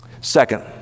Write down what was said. Second